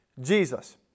Jesus